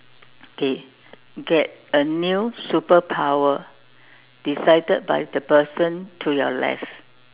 okay get a new superpower decided by the person to your left